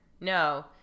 no